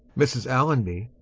mrs. allonby.